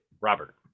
Robert